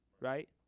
Right